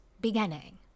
beginning